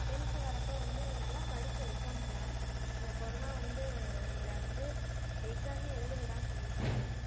tenth வரப்போ வந்து நல்லா படித்தோம் எக்ஸாமுக்கெலாம் இந்த கொரோனா வந்து எங்களை வந்து எக்ஸாமே எழுத விடாமல் பண்ணிடுச்சு